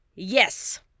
Yes